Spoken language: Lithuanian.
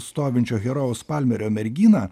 stovinčio herojaus palmerio merginą